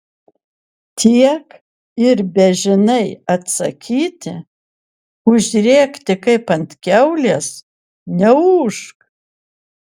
tiek ir bežinai atsakyti užrėkti kaip ant kiaulės neūžk